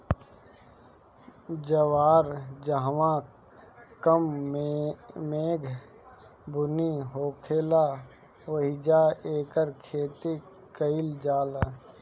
जवार जहवां कम मेघ बुनी होखेला ओहिजे एकर खेती कईल जाला